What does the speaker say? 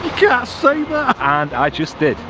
yeah say that. and i just did.